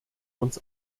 uns